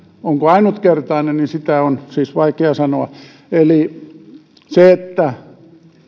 onko ainutkertainen sitä on siis vaikea sanoa se että